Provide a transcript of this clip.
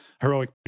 Heroic